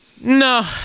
No